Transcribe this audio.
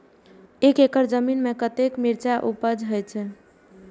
एक एकड़ जमीन में कतेक मिरचाय उपज होई छै?